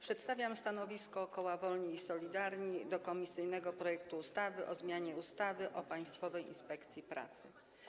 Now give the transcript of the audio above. Przedstawiam stanowisko koła Wolni i Solidarni wobec komisyjnego projektu ustawy o zmianie ustawy o Państwowej Inspekcji Pracy.